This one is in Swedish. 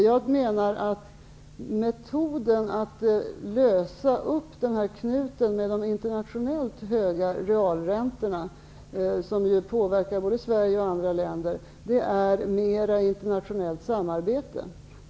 Jag menar att metoden att lösa upp knuten med de internationellt höga realräntorna, som ju påverkar både Sverige och andra länder, är mera internationellt samarbete.